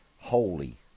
holy